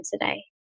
today